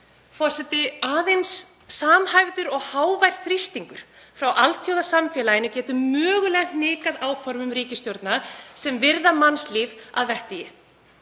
Forseti. Aðeins samhæfður og hávær þrýstingur frá alþjóðasamfélaginu getur mögulega hnikað áformum ríkisstjórnar sem virðir mannslíf að vettugi.